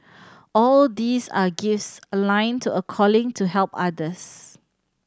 all these are gifts aligned to a calling to help others